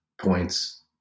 points